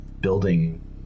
building